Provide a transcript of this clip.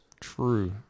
True